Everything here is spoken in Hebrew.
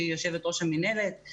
שהיא יושבת-ראש המינהלת,